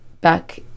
back